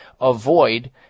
avoid